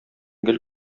гел